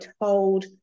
told